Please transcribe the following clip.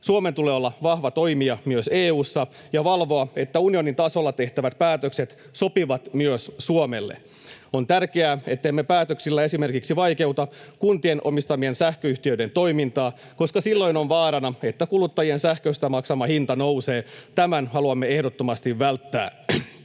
Suomen tulee olla vahva toimija myös EU:ssa ja valvoa, että unionin tasolla tehtävät päätökset sopivat myös Suomelle. On tärkeää, ettemme päätöksillä esimerkiksi vaikeuta kuntien omistamien sähköyhtiöiden toimintaa, koska silloin on vaarana, että kuluttajien sähköstä maksama hinta nousee. Tämän haluamme ehdottomasti välttää.